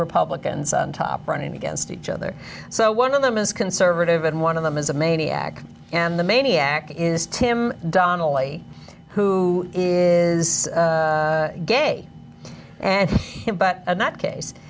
republicans on top running against each other so one of them is conservative and one of them is a maniac and the maniac is tim donnelly who is gay and him but in that case